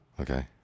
Okay